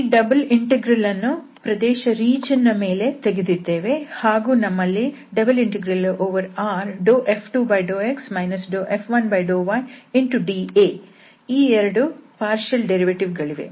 ಈ double integral ಅನ್ನು ಪ್ರದೇಶ R ನ ಮೇಲೆ ತೆಗೆದಿದ್ದೇವೆ ಹಾಗೂ ನಮ್ಮಲ್ಲಿ ∬RF2∂x F1∂ydA ಈ ಎರಡು ಭಾಗಶಃ ವ್ಯುತ್ಪನ್ನ ಗಳಿವೆ